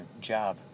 job